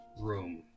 room